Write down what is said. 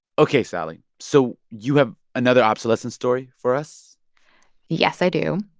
ok, sally, so you have another obsolescence story for us yes, i do.